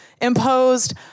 imposed